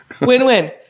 Win-win